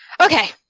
okay